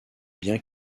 bien